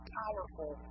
powerful